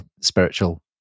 spiritual